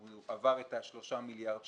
עבר לדוגמה את השלושה מיליארד שקלים,